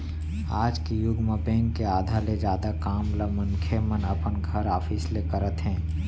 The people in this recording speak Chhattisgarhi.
आज के जुग म बेंक के आधा ले जादा काम ल मनखे मन अपन घर, ऑफिस ले करत हे